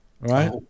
right